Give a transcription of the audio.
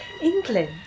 England